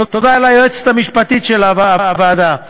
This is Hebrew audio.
תודה ליועצת המשפטית של הוועדה,